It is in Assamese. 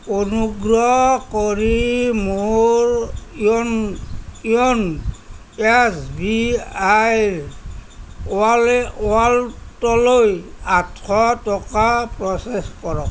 অনুগ্ৰহ কৰি মোৰ য়োন' য়োন' এছ বি আইৰ ৱালে ৱালেটলৈ আঠশ টকা প্ৰচেছ কৰক